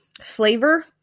flavor